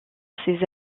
ses